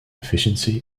efficiency